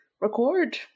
record